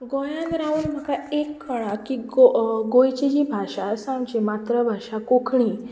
गोंयांत रावन म्हाका एक कळ्ळां की गों गोंयची जी भाशा आसा आमची मात्रभाशा कोंकणी